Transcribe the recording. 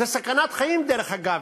זו סכנת חיים, דרך אגב.